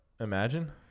Imagine